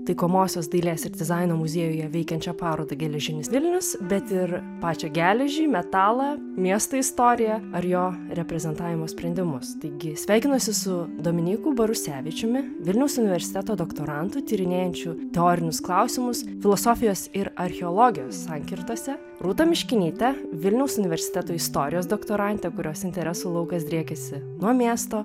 taikomosios dailės ir dizaino muziejuje veikiančią parodą geležinis vilnius bet ir pačią geležį metalą miesto istoriją ar jo reprezentavimo sprendimus taigi sveikinosi su dominyku barusevičiumi vilniaus universiteto doktorantu tyrinėjančių teorinius klausimus filosofijos ir archeologijos sankirtose rūta miškinyte vilniaus universiteto istorijos doktorante kurios interesų laukas driekiasi nuo miesto